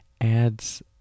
adds